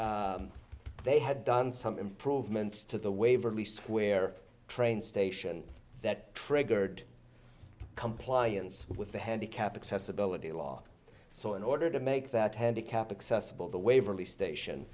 they had done some improvements to the waverly square train station that triggered compliance with the handicap accessibility law so in order to make that handicapped accessible the waverley station